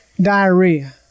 Diarrhea